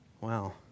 Wow